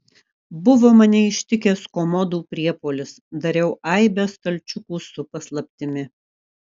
buvo mane ištikęs komodų priepuolis dariau aibę stalčiukų su paslaptimi